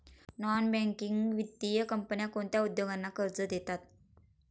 Non banking वित्तीय कंपन्या कोणत्या उद्योगांना कर्ज देतात?